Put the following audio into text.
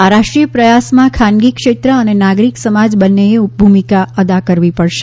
આ રાષ્ટ્રીય પ્રયાસમાં ખાનગી ક્ષેત્ર અને નાગરીક સમાજ બંનેએ ભૂમિકા અદા કરવી પડશે